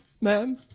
ma'am